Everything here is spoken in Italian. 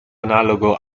analogo